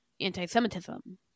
anti-semitism